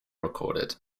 recorded